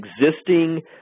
existing